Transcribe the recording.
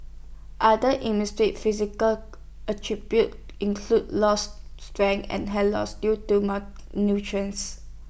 other industry physical attributes include lost strength and hair loss due to